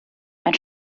ein